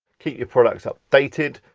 keep your products updated,